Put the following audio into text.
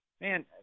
man